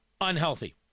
unhealthy